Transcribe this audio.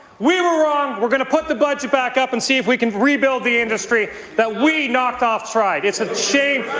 we're um we're going to put the budget back up and see if we can rebuild the industry that we knocked off stride. it's a shame.